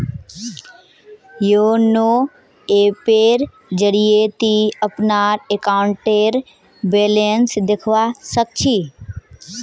YONO ऐपेर जरिए ती अपनार अकाउंटेर बैलेंस देखवा सख छि